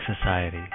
Society